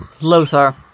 Lothar